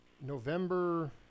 November